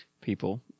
people